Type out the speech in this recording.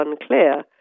unclear